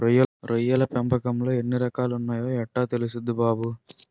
రొయ్యల పెంపకంలో ఎన్ని రకాలున్నాయో యెట్టా తెల్సుద్ది బాబూ?